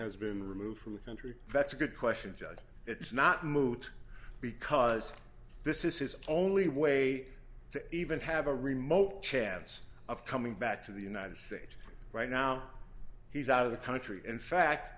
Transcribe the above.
has been removed from a country that's a good question judge it's not moot because this is his only way to even have a remote chance of coming back to the united states right now he's out of the country in fact